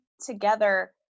together